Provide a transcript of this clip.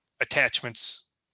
attachments